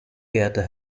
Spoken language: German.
geehrter